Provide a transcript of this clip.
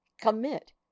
commit